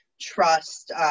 trust